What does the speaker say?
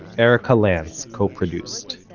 erika lantz co-produced.